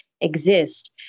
exist